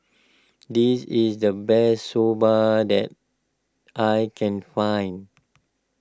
this is the best Soba that I can find